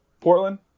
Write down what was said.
Portland